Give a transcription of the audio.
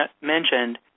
mentioned